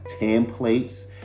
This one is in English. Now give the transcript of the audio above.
templates